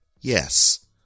Yes